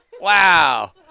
Wow